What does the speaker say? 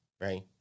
right